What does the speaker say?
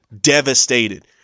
devastated